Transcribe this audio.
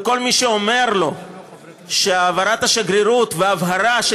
וכל מי שאומר שהעברת השגרירות והבהרה של